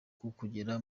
kugera